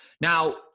Now